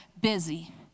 busy